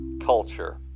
culture